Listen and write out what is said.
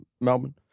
Melbourne